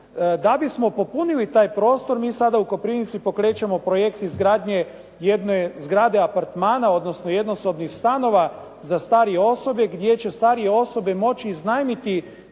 Da bismo popunili taj prostor mi sada u Koprivnici pokrećemo projekt izgradnje jedne zgrade apartmana odnosno jednosobnih stanova za starije osobe gdje će starije osobe moći iznajmiti